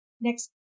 next